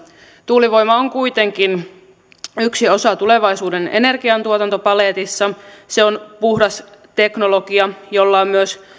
tuulivoima on kuitenkin yksi osa tulevaisuuden energiantuotantopaletissa se on puhdas teknologia jolla on myös